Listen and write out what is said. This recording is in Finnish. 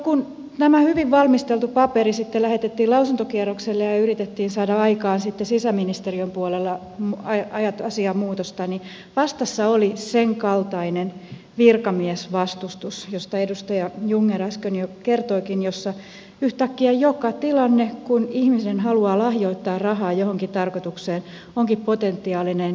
kun tämä hyvin valmisteltu paperi sitten lähetettiin lausuntokierrokselle ja yritettiin saada aikaan sitten sisäministeriön puolella asiaan muutosta niin vastassa oli sen kaltainen virkamiesvastustus mistä edustaja jungner äsken jo kertoikin että yhtäkkiä joka tilanne kun ihminen haluaa lahjoittaa rahaa johonkin tarkoitukseen onkin potentiaalinen järjestäytyneen rikollisuuden aukko